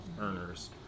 earners